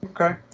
Okay